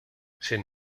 sin